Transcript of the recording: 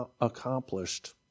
accomplished